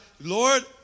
Lord